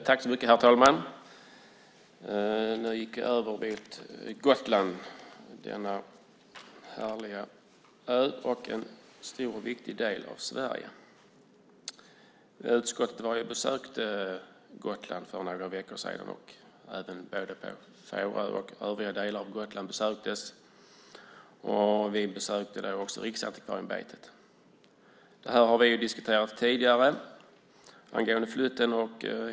Herr talman! Nu gick vi då över till Gotland - denna härliga ö och en stor och viktig del av Sverige. Utskottet besökte Gotland för några veckor sedan. Både Fårö och övriga delar av Gotland besöktes. Vi besökte då också Riksantikvarieämbetet. Vi har diskuterat flytten tidigare.